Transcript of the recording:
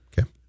Okay